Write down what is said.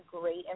great